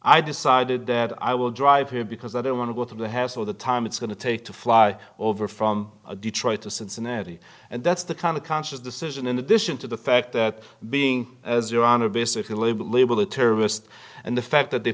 i decided that i will drive here because i don't want to go through the hassle of the time it's going to take to fly over from detroit to cincinnati and that's the kind of conscious decision in addition to the fact that being as you're on a basically label labeled a terrorist and the fact that they